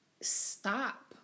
stop